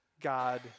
God